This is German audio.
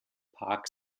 park